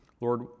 lord